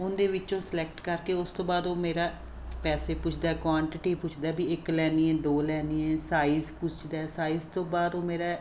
ਉਹਦੇ ਵਿੱਚੋਂ ਸਲੈਕਟ ਕਰਕੇ ਉਸ ਤੋਂ ਬਾਅਦ ਉਹ ਮੇਰਾ ਪੈਸੇ ਪੁੱਛਦਾ ਕੁਆਂਟਿਟੀ ਪੁੱਛਦਾ ਵੀ ਇੱਕ ਲੈਣੀ ਹੈ ਦੋ ਲੈਣੀ ਹੈ ਸਾਈਜ਼ ਪੁੱਛਦਾ ਸਾਈਜ਼ ਤੋਂ ਬਾਅਦ ਉਹ ਮੇਰਾ